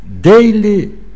daily